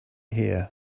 here